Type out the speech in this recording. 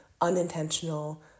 unintentional